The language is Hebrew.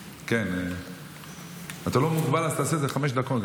אתה לא מוגבל, אז תעשה את זה חמש דקות.